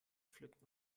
pflücken